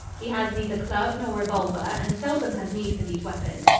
he has neither club nor revolver and seldom has need for these weapons.